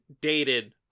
dated